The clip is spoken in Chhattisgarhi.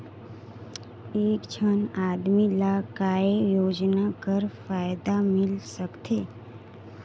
एक झन आदमी ला काय योजना कर फायदा मिल सकथे?